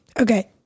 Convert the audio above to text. Okay